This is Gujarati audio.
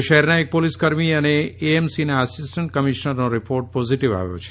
આજે શહેરના એક પોલીસ કર્મી અને એએમસી ના આસીસ્ટન્ટ કમિશનરનો રીપોર્ટ પોઝીટીવ આવ્યા છે